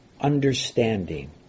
understanding